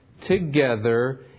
together